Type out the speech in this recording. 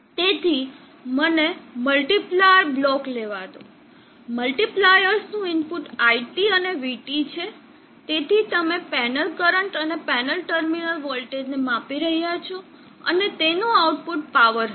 તેથી મને multiplier block દો મલ્ટીપ્લાયર્સનું ઇનપુટ iT અને vT છે તેથી તમે પેનલ કરંટ અને પેનલ ટર્મિનલ વોલ્ટેજને માપી રહ્યા છો અને તેનું આઉટપુટ પાવર હશે